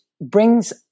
brings